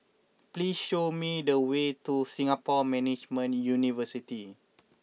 please show me the way to Singapore Management University